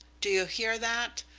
do you hear that?